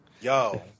Yo